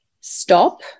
Stop